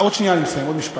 עוד שנייה אני מסיים, עוד משפט.